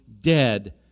dead